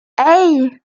hey